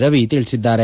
ರವಿ ತಿಳಿಸಿದ್ದಾರೆ